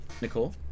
Nicole